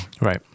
Right